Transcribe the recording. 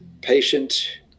patient